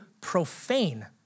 profane